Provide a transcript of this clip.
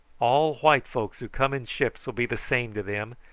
all white folks who come in ships will be the same to them,